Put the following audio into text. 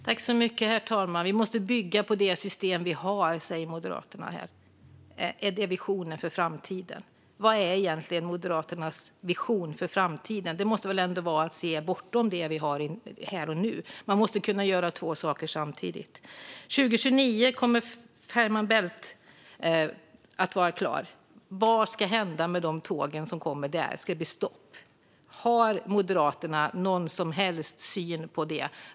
Herr talman! "Vi måste bygga på det system vi har", säger Moderaterna. Är detta visionen för framtiden? Vad är egentligen Moderaternas vision för framtiden? Det måste väl ändå vara att se bortom det vi har här och nu. Man måste kunna göra två saker samtidigt. År 2029 kommer Fehmarn Bält-förbindelsen att vara klar. Vad ska hända med de tåg som kommer där? Ska det bli stopp? Har Moderaterna någon som helst syn på det?